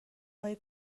های